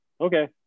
okay